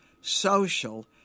social